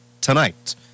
tonight